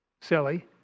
silly